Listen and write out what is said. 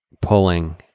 pulling